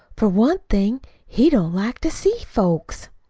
for one thing, he don't like to see folks.